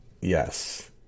Yes